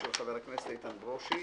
של חבר הכנסת איתן ברושי